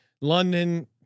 London